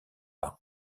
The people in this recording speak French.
par